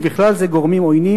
ובכלל זה גורמים עוינים,